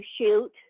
shoot